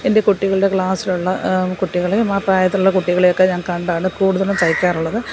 എൻ്റെ കുട്ടികളുടെ ക്ലാസ്സിലുള്ള കുട്ടികളേയും ആ പ്രായത്തിലുള്ള കുട്ടികളെയൊക്കെ ഞാൻ കണ്ടാണ് കൂടുതലും തയ്ക്കാറുള്ളത്